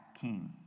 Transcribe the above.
king